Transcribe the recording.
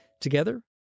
Together